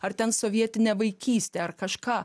ar ten sovietinę vaikystę ar kažką